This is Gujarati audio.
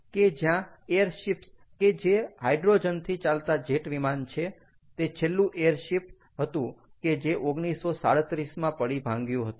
કે જ્યાં એર શિપ્સ કે જે હાઈડ્રોજનથી ચાલતા જેટ વિમાન છે તે છેલ્લુ એર શિપ હતું કે જે 1937 માં પડી ભાંગ્યું હતું